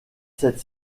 cette